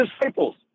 disciples